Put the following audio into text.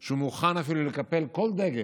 שהוא מוכן אפילו לקפל כל דגל,